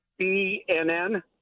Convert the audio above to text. BNN